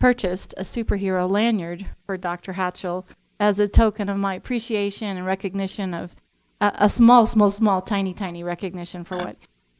purchased a superhero lanyard for dr. hatchell as a token of my appreciation and recognition of a small, small, small, tiny, tiny recognition for what